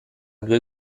due